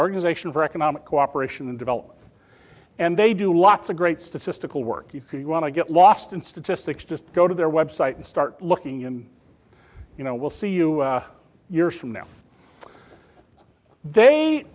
organization for economic cooperation and development and they do lots of great statistical work if you want to get lost in statistics just go to their website and start looking and you know we'll see you years from now